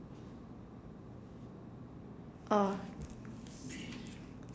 uh